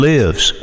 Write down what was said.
Lives